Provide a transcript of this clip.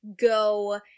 go